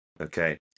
Okay